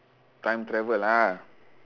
time travel ah